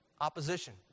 Opposition